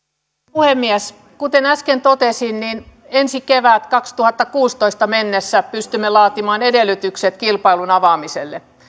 puhemies kuten äsken totesin ensi kevääseen kevääseen kaksituhattakuusitoista mennessä pystymme laatimaan edellytykset kilpailun avaamiselle